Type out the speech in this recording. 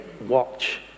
watch